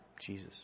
Jesus